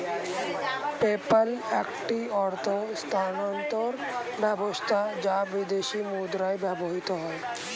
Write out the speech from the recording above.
PayPal একটি অর্থ স্থানান্তর ব্যবস্থা যা বিদেশী মুদ্রায় ব্যবহৃত হয়